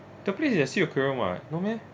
that place is a sea aquarium [what] no meh